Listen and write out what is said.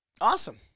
Awesome